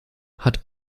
hat